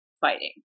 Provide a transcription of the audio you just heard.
fighting